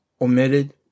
omitted